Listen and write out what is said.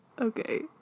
okay